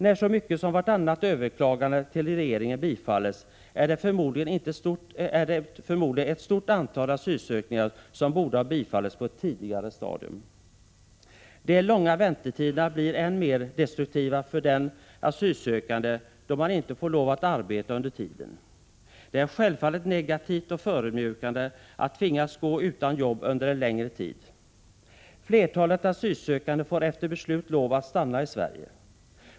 När så mycket som vartannat överklagande till regeringen bifalls, är det förmodligen ett stort antal asylansökningar som borde ha bifallits på ett tidigare stadium. De långa väntetiderna blir än mer destruktiva för den asylsökande, då man inte får lov att arbeta under tiden. Det är självfallet negativt och förödmjukande att tvingas gå utan jobb under en längre tid. Flertalet asylsökande får efter beslut lov att stanna i Sverige.